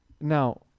Now